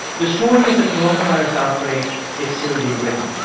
the story of the coronavirus outbreak is still being written.